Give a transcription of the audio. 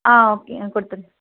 ஆ okay நான் கொடுத்துறேன்